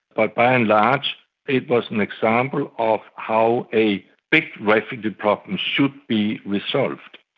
but by and large it was an example of how a big refugee problem should be resolved.